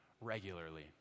regularly